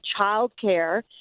childcare